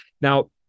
Now